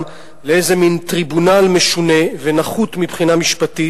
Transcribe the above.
לאיזה מין טריבונל משונה ונחות מבחינה משפטית.